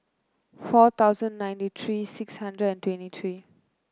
four thousand ninety three six hundred twenty three